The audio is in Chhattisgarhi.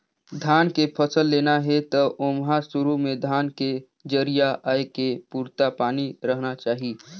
धान के फसल लेना हे त ओमहा सुरू में धान के जरिया आए के पुरता पानी रहना चाही